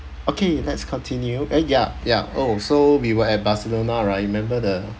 okay let's continue eh ya ya oh so we were at barcelona right remember the